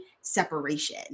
separation